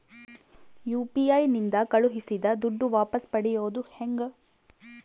UPI ನಿಂದ ಕಳುಹಿಸಿದ ದುಡ್ಡು ವಾಪಸ್ ಪಡೆಯೋದು ಹೆಂಗ?